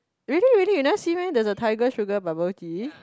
really really you never see meh there is a tiger sugar bubble tea